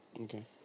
Okay